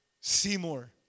Seymour